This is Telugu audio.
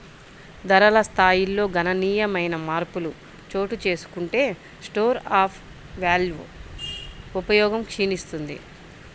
ధరల స్థాయిల్లో గణనీయమైన మార్పులు చోటుచేసుకుంటే స్టోర్ ఆఫ్ వాల్వ్ ఉపయోగం క్షీణిస్తుంది